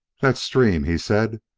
that stream, he said,